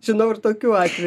žinau ir tokių atvejų